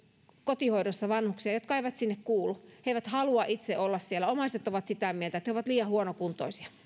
kotihoidossa vanhuksia jotka eivät sinne kuulu he eivät itse halua olla siellä ja omaiset ovat sitä mieltä että he ovat liian huonokuntoisia